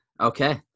okay